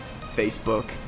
Facebook